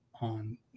on